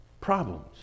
problems